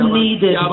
needed